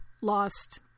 lost